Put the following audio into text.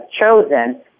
chosen